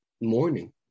morning